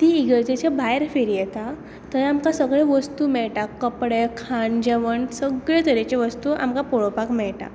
ती इगर्जेच्या भायर फेरी येता थंय आमकां सगळ्यो वस्तू मेळटा कपडे खाण जेवण सगळे तरेचे वस्तू आमकां पळोवपाक मेळटा